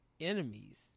enemies